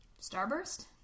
Starburst